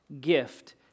gift